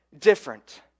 different